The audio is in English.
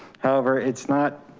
however, it's not,